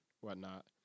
whatnot